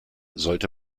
sollte